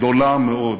גדולה מאוד,